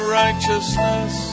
righteousness